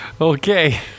Okay